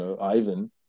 Ivan